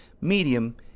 Medium